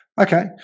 Okay